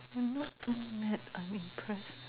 not too bad I'm impress